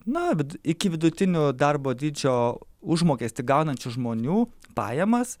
na vid iki vidutinio darbo dydžio užmokestį gaunančių žmonių pajamas